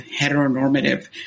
heteronormative